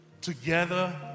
together